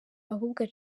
ahubwo